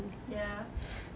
ya